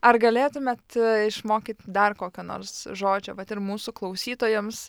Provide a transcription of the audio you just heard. ar galėtumėt išmokyt dar kokio nors žodžio vat ir mūsų klausytojams